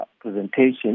presentation